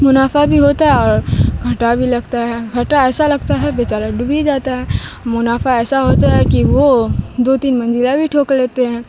منافع بھی ہوتا ہے اور گھاٹا بھی لگتا ہے گھاٹا ایسا لگتا ہے بے چارہ ڈوب ہی جاتا ہے منافع ایسا ہوتا ہے کہ وہ دو تین منزلہ بھی ٹھوک لیتے ہیں